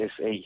SA